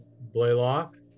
blaylock